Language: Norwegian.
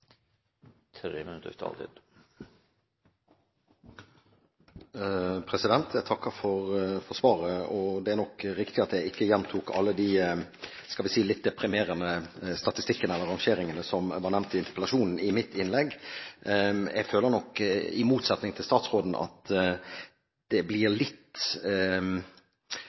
Jeg takker for svaret. Det er nok riktig at jeg i mitt innlegg ikke gjentok alle de, skal vi si, litt deprimerende statistikkene eller rangeringene som var nevnt i interpellasjonen. Jeg føler nok, i motsetning til statsråden, at det blir litt